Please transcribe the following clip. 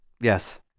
Yes